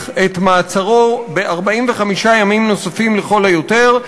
את מעצרו ב-45 ימים נוספים לכל היותר,